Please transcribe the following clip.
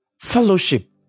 fellowship